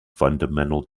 fundamental